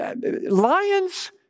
Lions